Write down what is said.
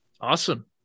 Awesome